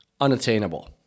unattainable